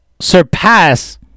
surpass